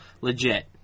legit